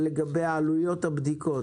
לגבי עלויות הבדיקות,